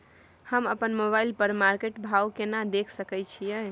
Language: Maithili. हम अपन मोबाइल पर मार्केट भाव केना देख सकै छिये?